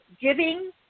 giving